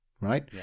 right